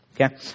Okay